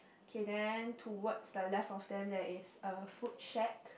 okay then towards the left of them there is a food shack